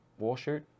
Warshoot